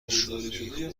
شوخی